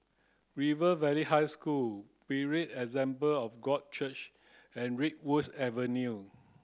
River Valley High School Berean Assembly of God Church and Redwood Avenue